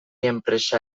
enpresa